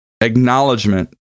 acknowledgement